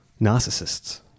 Narcissists